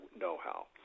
know-how